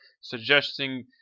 suggesting